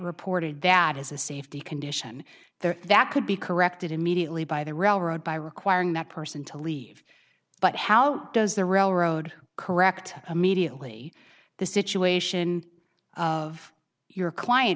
reported that as a safety condition there that could be corrected immediately by the railroad by requiring that person to leave but how does the railroad correct immediately the situation of your client